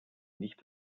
nicht